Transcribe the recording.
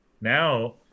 Now